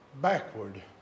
backward